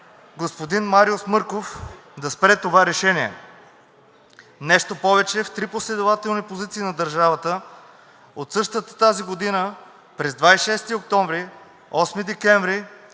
господин Мариус Марков, да спре това решение. Нещо повече в три последователни позиции на държавата от същата тази година – през 26 октомври, 8 декември